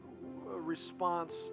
response